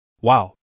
Wow